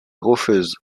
rocheuse